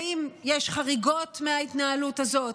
ואם יש חריגות מההתנהלות הזאת,